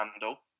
handle